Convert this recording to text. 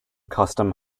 custom